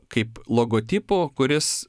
kaip logotipu kuris